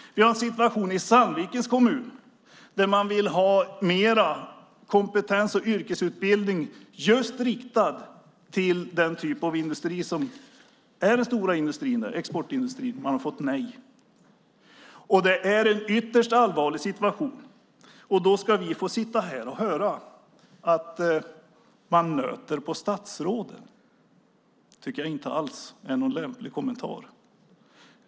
I Sandvikens kommun har man en sådan situation att man vill ha mer kompetens och yrkesutbildning riktad just till den typ av industri som är stor där, exportindustrin. Man har fått nej. Det är en ytterst allvarlig situation. Då ska vi sitta här och höra att man nöter på statsråden. Det tycker jag inte alls är någon lämplig kommentar.